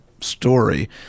story